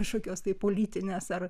kažkokios tai politinės ar